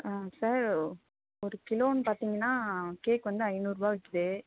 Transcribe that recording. sir ஒரு கிலோன்னு பார்த்தீங்கன்னா கேக் வந்து ஐநூறுரூபா விற்கிது